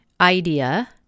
idea